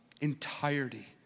entirety